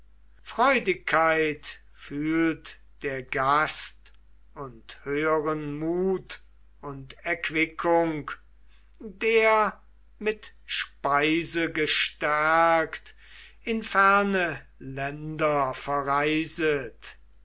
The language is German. freudigkeit fühlt der gast und höheren mut und erquickung der mit speise gestärkt in ferne länder verreiset